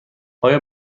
آیا